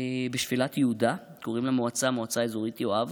בשפלת יהודה, קוראים למועצה המועצה האזורית יואב.